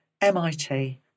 MIT